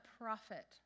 prophet